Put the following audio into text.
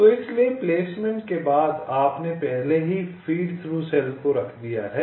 तो इसलिए प्लेसमेंट के बाद आपने पहले ही फ़ीड थ्रू सेल को रख दिया है